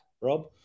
Rob